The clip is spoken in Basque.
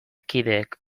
kideek